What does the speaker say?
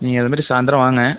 நீங்கள் அது மாதிரி சாயந்தரம் வாங்க